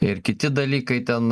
ir kiti dalykai ten